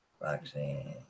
boxing